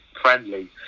friendly